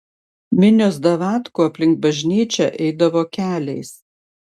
minios davatkų aplink bažnyčią eidavo keliais